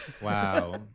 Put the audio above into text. Wow